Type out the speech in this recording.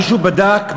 מישהו בדק?